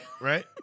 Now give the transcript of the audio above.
Right